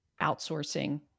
outsourcing